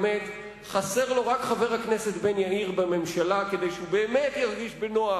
באמת חסר לו רק חבר הכנסת בן-ארי בממשלה כדי שהוא באמת ירגיש בנוח,